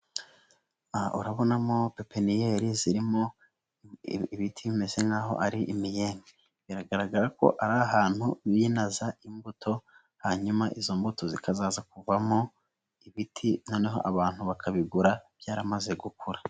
Urabonamo pepeniyeri zirimo ibiti bimeze nk'aho ari imyembe, biragaragara ko ari ahantu binaza imbuto, hanyuma izo mbuto zikazaza kuvamo ibiti noneho abantu bakabigura, byaramaze gukura.